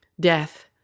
Death